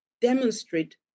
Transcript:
demonstrate